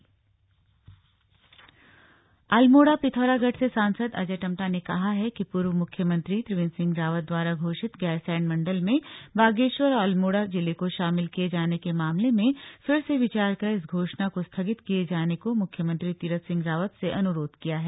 slug Gairsain कमिश्नरी अल्मोड़ा पिथौरागढ़ से सांसद अजय टम्टा ने कहा है कि पूर्व मुख्यमंत्री त्रिवेन्द्र सिंह रावत द्वारा घोषित गैरसैंण मण्डल में बागेश्वर और अल्मोड़ा जिले को शामिल किये जाने के मामले में फिर से विचार कर इस घोषणा को स्थगित किये जाने को मुख्यमंत्री तीरथ सिंह रावत से अनुरोध किया है